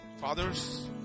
fathers